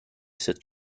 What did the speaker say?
cette